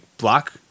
block